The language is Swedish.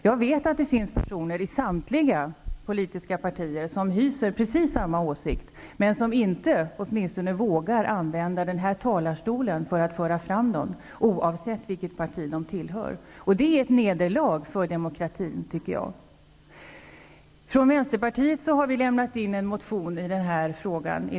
Jag vet att det finns personer i samtliga politiska partier som hyser precis samma åsikt, men som inte vågar använda åtminstone kammarens talarstol för att föra fram dem, oavsett vilket parti de tillhör. Jag tycker att det är ett nederlag för demokratin. Från vänsterpartiet har vi i dag väckt en motion i den här frågan.